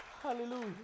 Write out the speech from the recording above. Hallelujah